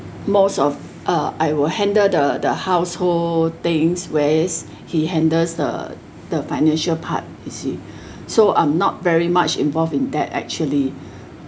most of uh I will handle the the household things whereas he handles the the financial part you see so I'm not very much involved in that actually